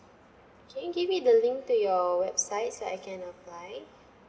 can you give me the link to your website so I can apply